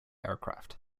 aircraft